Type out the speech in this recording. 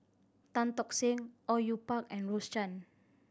Tan Tock Seng Au Yue Pak and Rose Chan